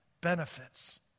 benefits